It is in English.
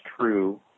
true